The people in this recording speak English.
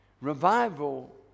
Revival